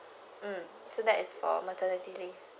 mm so that is for maternity leave